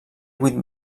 vuit